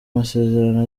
masezerano